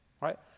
Right